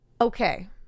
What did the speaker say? Okay